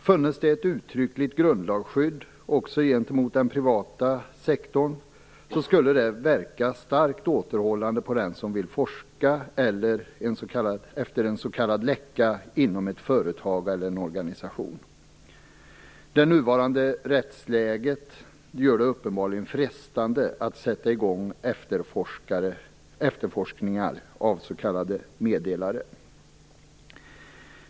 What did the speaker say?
Funnes det ett uttryckligt grundlagsskydd också gentemot den privata sektorn skulle det verka starkt återhållande på den som vill forska efter en s.k. läcka inom ett företag eller en organisation. Det nuvarande rättsläget gör det uppenbarligen frestande att sätta i gång efterforskningar efter s.k. meddelare.